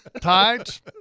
tides